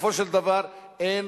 בסופו של דבר אין